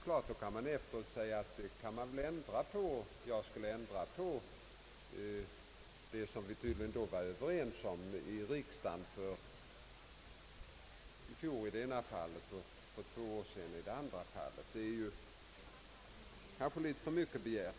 Efteråt kan man givetvis säga att jag skulle ändra på det som vi var överens om i riksdagen i fjol i det ena fallet och för två år sedan i det andra. Detta är dock kanske litet för mycket begärt.